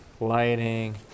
lighting